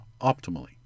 optimally